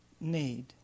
need